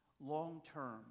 long-term